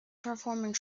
performing